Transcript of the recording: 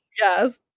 Yes